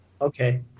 okay